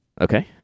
Okay